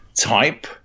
type